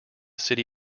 city